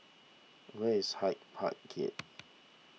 where is Hyde Park Gate